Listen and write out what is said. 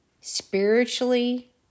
spiritually